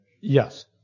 Yes